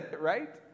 right